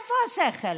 איפה השכל?